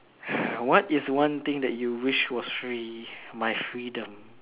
what is one thing that you wished was free my freedom